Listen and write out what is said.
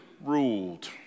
ruled